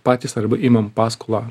patys arba imam paskolą